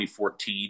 2014